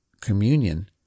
communion